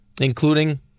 including